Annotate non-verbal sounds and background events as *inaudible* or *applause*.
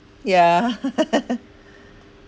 yeah *laughs*